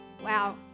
Wow